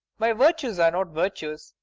my virtues are not virtues,